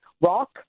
rock